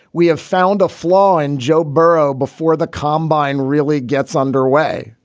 we have found a flaw in joe burgh before the combine really gets underway,